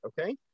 okay